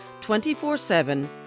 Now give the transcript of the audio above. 24-7